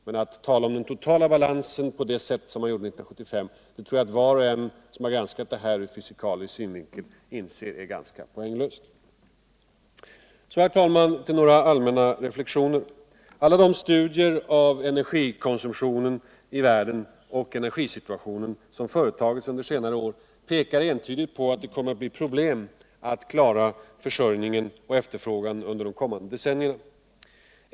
Men att tala om den totala balansen på det sätt man gjorde 1975 tror jag att var och en som granskat detta ur fysikalisk synvinkel inser vara ganska poänglöst. Så. herr talman, till några allmänna reflexioner. Alla de studier av energikonsumntionen i världen och energisituationen som företagits under senare år pekar entydigt på att det kommer att bli problem att klara försörjningen och efterfrågan under de kommande decennierna.